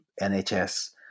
NHS